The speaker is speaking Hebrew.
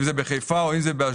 אם זה בחיפה או אם זה באשדוד,